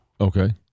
Okay